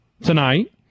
tonight